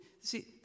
See